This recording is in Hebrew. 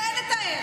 זה אין לתאר.